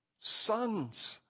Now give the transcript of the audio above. sons